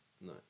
No